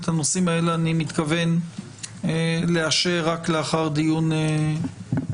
את הנושאים האלה אני מתכוון לאשר רק לאחר דיון ממצה.